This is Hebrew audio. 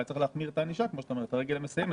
אולי צריך להחמיר את הענישה, את הרגל המסיימת.